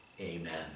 Amen